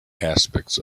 aspects